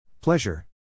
Pleasure